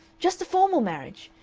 just a formal marriage.